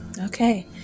Okay